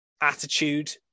attitude